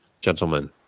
gentlemen